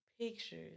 pictures